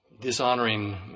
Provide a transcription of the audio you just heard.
dishonoring